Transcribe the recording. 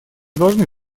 должны